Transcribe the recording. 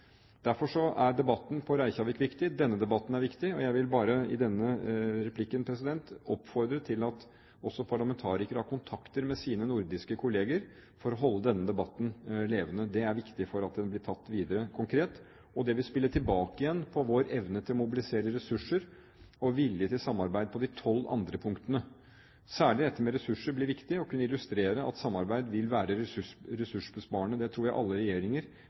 Derfor var debatten på Reykjavik viktig. Denne debatten er viktig, og jeg vil i dette innlegget oppfordre til at også parlamentarikere har kontakt med sine nordiske kolleger for å holde denne debatten levende. Det er viktig for at den blir tatt videre konkret, og det vil spille tilbake igjen på vår evne til å mobilisere ressurser og vilje til samarbeid om de 12 andre punktene. Særlig dette med ressurser blir viktig å kunne illustrere at samarbeid vil være ressursbesparende. Det tror jeg alle regjeringer